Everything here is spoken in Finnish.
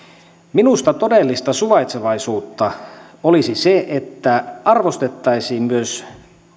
minusta todellista suvaitsevaisuutta olisi se että arvostettaisiin myös